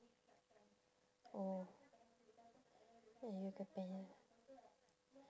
oh yoga pant